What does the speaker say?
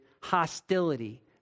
hostility